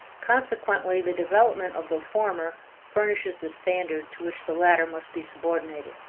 consequently the development of the former furnishes the standard to which the latter must be subordinated.